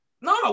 No